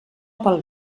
pel